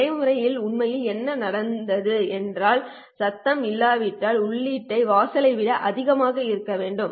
நடைமுறையில் உண்மையில் என்ன நடந்தது என்றாலும் சத்தம் இல்லாவிட்டால் உள்ளீட்டை வாசலை விட அதிகமாக இருக்க வேண்டும்